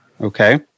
okay